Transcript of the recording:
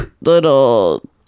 little